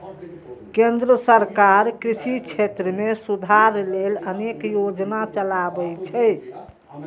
केंद्र सरकार कृषि क्षेत्र मे सुधार लेल अनेक योजना चलाबै छै